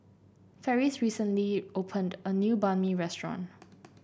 Ferris recently opened a new Banh Mi restaurant